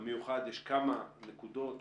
המיוחד יש כמה נקודות,